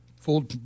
full